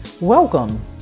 Welcome